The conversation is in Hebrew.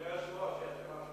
אדוני היושב-ראש, יש לי משהו להגיד.